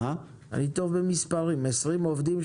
30 עובדים,